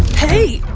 hey!